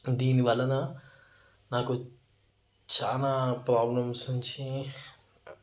దీనివలన నాకు చానా ప్రాబ్లమ్స్ నుంచి